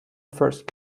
first